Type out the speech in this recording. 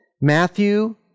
Matthew